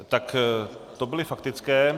Tak to byly faktické.